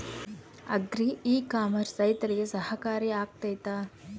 Agri e commerce ರೈತರಿಗೆ ಸಹಕಾರಿ ಆಗ್ತೈತಾ?